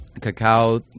cacao